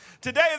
Today